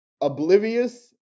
oblivious